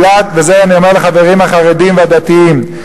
ואת זה אני אומר לחברים החרדים והדתיים,